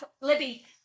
Libby